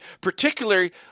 particularly